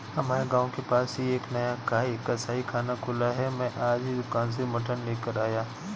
हमारे गांव के पास ही एक नया कसाईखाना खुला है मैं आज ही दुकान से मटन लेकर आया